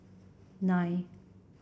nine